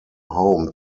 home